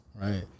right